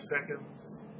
seconds